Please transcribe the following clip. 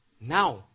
now